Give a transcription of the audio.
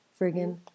friggin